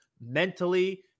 mentally